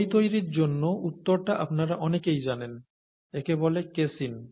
দই তৈরীর জন্য উত্তরটা আপনারা অনেকেই জানেন একে বলে কেসিন